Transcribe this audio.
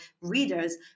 reader's